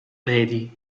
vedi